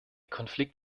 konflikt